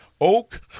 Oak